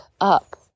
up